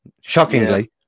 Shockingly